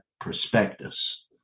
prospectus